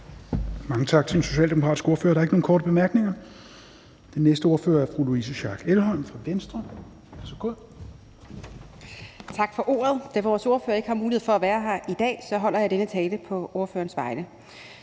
Mange tak til den socialdemokratiske ordfører. Der er ikke nogen korte bemærkninger. Den næste ordfører er fru Louise Schack Elholm fra Venstre. Værsgo. Kl. 16:31 (Ordfører) Louise Schack Elholm (V): Tak for ordet. Da vores ordfører på området ikke har mulighed for at være her i dag, holder jeg denne tale på ordførerens vegne.